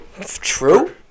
true